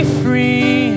free